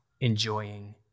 enjoying